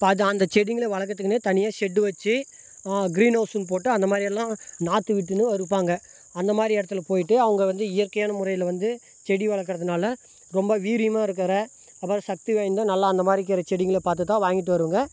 அந்த செடிங்களை வளர்க்கறதுக்குனே தனியாக ஷெட்டு வச்சு க்ரீன் ஹவுஸுன்னு போட்டு அந்த மாதிரியெல்லாம் நாற்று விட்டுன்னு இருப்பாங்க அந்த மாதிரி இடத்துல போய்விட்டு அவங்க வந்து இயற்கையான முறையில் வந்து செடி வளர்க்கறதுனால ரொம்ப வீரியமாக இருக்கிற அப்புறம் சக்தி வாய்ந்த நல்லா அந்த மாதிரி இருக்கிற செடிங்களை பார்த்துதான் வாங்கிவிட்டு வருவோங்க